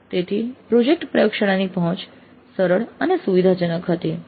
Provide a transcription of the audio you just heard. તેથી પ્રોજેક્ટ પ્રયોગશાળાની પંહોંચ સરળ અને સુવિધાજનક હતી